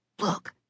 Look